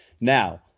Now